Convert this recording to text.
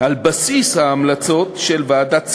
על בסיס ההמלצות של ועדת צמח,